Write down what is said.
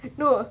no